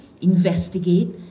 investigate